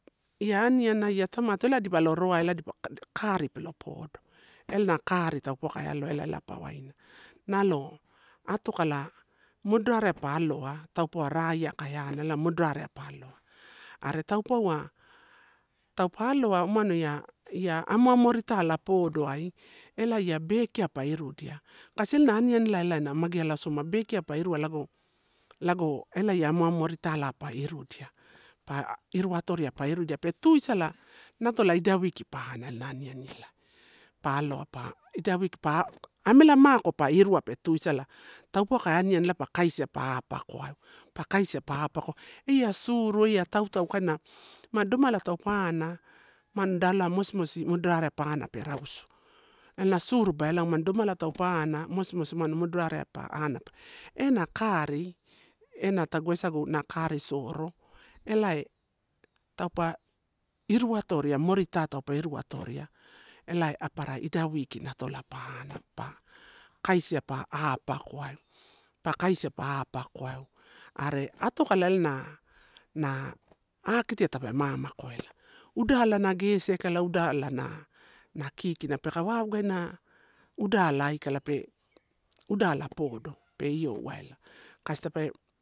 Ia aniana, io tamato ela dipa lo roae, cari pelo podo, ela na cari taupauwa ela, ela pa waina. Nalo atokala moderare pa aloa taupauwa raie pa ana ela moderea pa aloa. Are taupauwa, taupe aloa ia amomoritala podoai elai ia bekia pai rudia. Kasilna aniani ela na mageala soma bekia pa irua lago lago elai lei amoamoritalai pa irudia, pa iruatoria, pa irudia pe tuisala natola idai weeki pa ana ela na aniani elae. Pa aloa, pa ida weeki pa, amela mako pa iru pe tu isala, taupauwa ka aniani ela pa kaisiapa apakoaeu, pa kaisia, ia suru, eia tautau kaina ma domala tau ana, man dala mosimosi pa ana pe rausu. Ela suruba ela umado domala taupe ana mosimosi umado moderate pa ana. Ena kari, ena tagu woisau na kari soro elaee taupa iru a torria moritai taupe iru atoria. Ela apara idai weeki na tola pa ana pa kaisia pa apakoaeu, ta kaisa pa apakoaeu. Are atokala ela na, na akitiai ta pe mama koela, udala na gesi aikala, udala na na kikina peka wagana udala ai kala, pe udala podo pe iowai ela kasi tape.